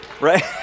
right